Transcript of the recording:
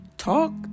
Talk